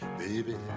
baby